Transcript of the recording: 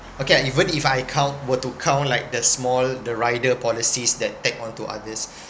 okay even if I count were to count like the small the rider policies that tap onto others